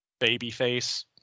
babyface